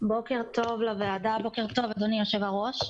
בוקר טוב לוועדה ולאדוני יושב-הראש.